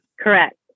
Correct